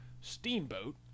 steamboat